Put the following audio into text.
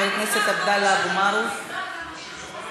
חבר הכנסת עבדאללה אבו מערוף,